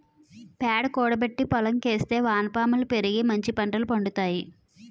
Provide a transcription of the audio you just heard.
పేడ కూడబెట్టి పోలంకి ఏస్తే వానపాములు పెరిగి మంచిపంట పండుతాయి